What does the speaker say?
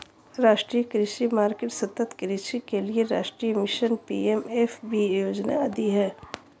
राष्ट्रीय कृषि मार्केट, सतत् कृषि के लिए राष्ट्रीय मिशन, पी.एम.एफ.बी योजना आदि है